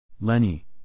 Lenny